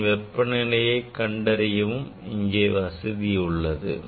இதன் வெப்பநிலையை கண்டறியவும் இங்கே வசதி உள்ளது